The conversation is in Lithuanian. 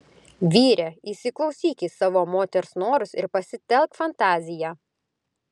vyre įsiklausyk į savo moters norus ir pasitelk fantaziją